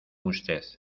usted